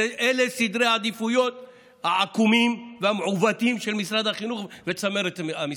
אלה סדרי העדיפות העקומים והמעוותים של משרד החינוך וצמרת המשרד.